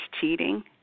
cheating